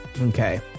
Okay